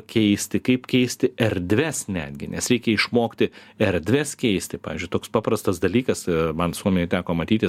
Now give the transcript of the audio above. keisti kaip keisti erdves netgi nes reikia išmokti erdves keisti pavyzdžiui toks paprastas dalykas man suomijoj teko matyti